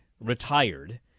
retired